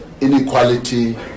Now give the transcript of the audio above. inequality